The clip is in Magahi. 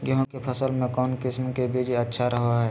गेहूँ के फसल में कौन किसम के बीज अच्छा रहो हय?